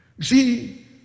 See